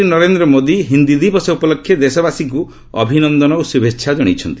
ପ୍ରଧାନମନ୍ତ୍ରୀ ନରେନ୍ଦ୍ର ମୋଦି ହିନ୍ଦୀ ଦିବସ ଉପଲକ୍ଷେ ଦେଶବାସୀଙ୍କୁ ଅଭିନନ୍ଦନ ଓ ଶୁଭେଚ୍ଛା ଜଣାଇଛନ୍ତି